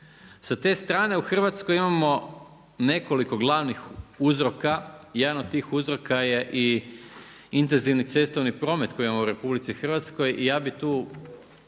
Sa te strane u Hrvatskoj imamo nekoliko glavnih uzroka, jedan od tih uzroka je i intenzivni cestovni promet kojeg imamo u RH i ja bi tu